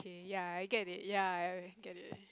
ya I get ya I get it